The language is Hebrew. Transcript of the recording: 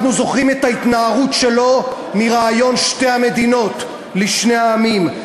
אנחנו זוכרים את ההתנערות שלו מרעיון שתי המדינות לשני עמים.